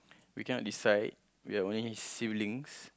we cannot decide we are only siblings